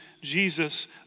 Jesus